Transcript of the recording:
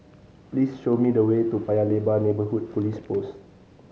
please show me the way to Paya Lebar Neighbourhood Police Post